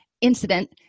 incident